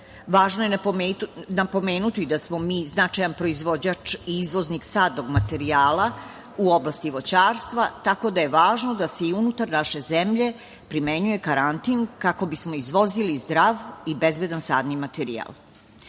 Važno je napomenuti da smo mi značajan proizvođač i izvoznik sadnog materijala u oblasti voćarstva, tako da je važno da se i unutar naše zemlje primenjuje karantin, kako bismo izvozili zdrav i bezbedan sadni materijal. Poslanička